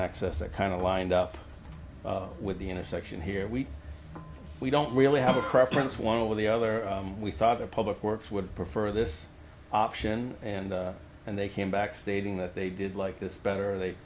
access to kind of lined up with the intersection here we we don't really have a preference one of the other we thought the public works would prefer this option and they came back stating that they did like this better they